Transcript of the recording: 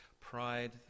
pride